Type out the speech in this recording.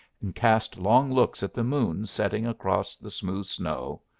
and cast long looks at the moon setting across the smooth snow,